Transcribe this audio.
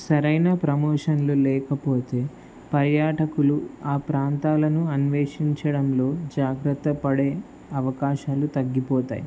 సరైన ప్రమోషన్లు లేకపోతే పర్యాటకులు ఆ ప్రాంతాలను అన్వేషించడంలో జాగ్రత్త పడే అవకాశాలు తగ్గిపోతాయి